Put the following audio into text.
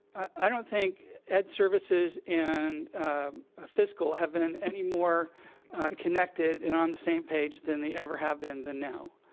i don't think ed services and ah fiscal have been any more connected and on the same page than they ever have been than now.